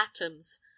atoms